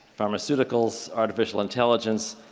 pharmaceuticals, artificial intelligence,